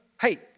hey